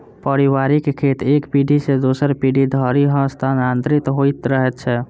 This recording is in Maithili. पारिवारिक खेत एक पीढ़ी सॅ दोसर पीढ़ी धरि हस्तांतरित होइत रहैत छै